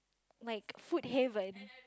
like food haven